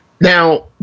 Now